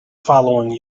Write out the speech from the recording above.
following